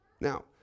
Now